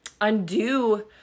undo